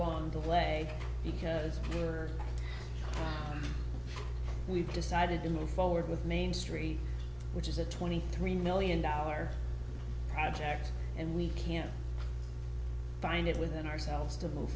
along the way because we've decided to move forward with main street which is a twenty three million dollar project and we can't find it within ourselves to